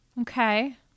Okay